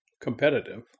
competitive